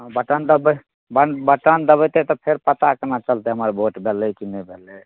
हँ बटन दबबै बन बटन दबेतै तऽ फेर पता केना चलतै हमर भोट भेलै कि नहि भेलै